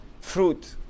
fruit